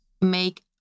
make